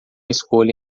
escolha